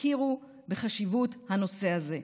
הכירו בחשיבות הנושא הזה,